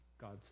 God's